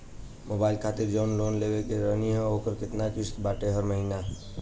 Mobile खातिर जाऊन loan लेले रहनी ह ओकर केतना किश्त बाटे हर महिना?